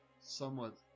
somewhat